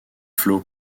flo